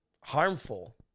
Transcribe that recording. harmful